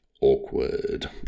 Awkward